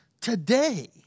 today